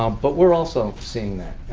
um but we're also seeing that.